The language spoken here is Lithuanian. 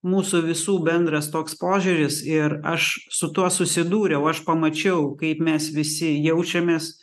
mūsų visų bendras toks požiūris ir aš su tuo susidūriau aš pamačiau kaip mes visi jaučiamės